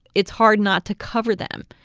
it's hard not to cover them,